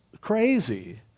crazy